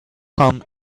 comme